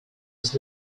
his